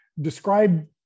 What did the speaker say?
Describe